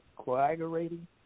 coagulating